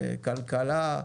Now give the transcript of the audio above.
לכלכלה,